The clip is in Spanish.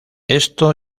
esto